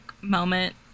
moment